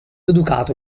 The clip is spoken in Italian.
educato